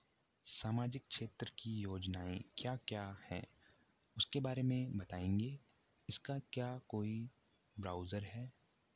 सामाजिक क्षेत्र की योजनाएँ क्या क्या हैं उसके बारे में बताएँगे इसका क्या कोई ब्राउज़र है?